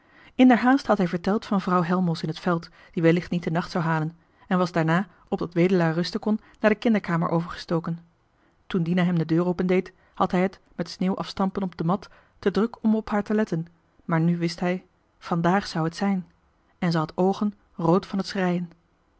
inderhaast had hij verteld van vrouw helmos in het veld die wellicht niet den nacht zou halen en was daarna opdat wedelaar rusten kon naar de kinderkamer overgestoken toen dina hem de deur opendeed had hij het met sneeuw afstampen op de mat te druk gehad om op haar te letten maar nu wist hij vandaag zou het zijn en ze had oogen rood van het schreien